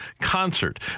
concert